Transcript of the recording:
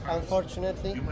Unfortunately